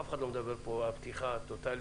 אף אחד לא מדבר פה על פתיחה טוטאלית,